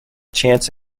chance